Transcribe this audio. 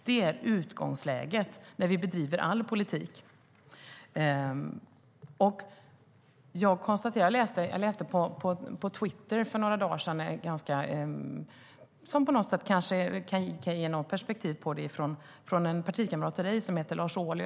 Det är utgångsläget när vi bedriver all politik. Jag läste på Twitter för några dagar sedan något som kanske kan ge perspektiv på saken från en partikamrat till Daniel Riazat som heter Lars Ohly.